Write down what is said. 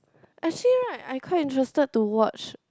actually right I quite interested to watch